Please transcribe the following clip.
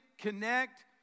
connect